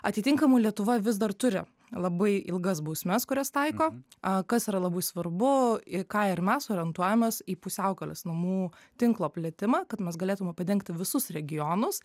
atitinkamai lietuva vis dar turi labai ilgas bausmes kurias taiko a kas yra labai svarbu į ką ir mes orientuojamės į pusiaukelės namų tinklo plėtimą kad mes galėtume padengti visus regionus